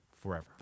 forever